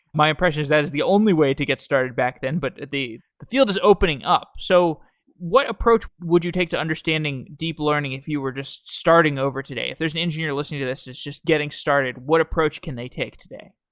my impression is, that is the only way to get started back then, but the the field is opening up. so what approach would you take to understanding deep learning if you were just starting today? if there's an engineer listening to this, just getting started, what approach can they take today?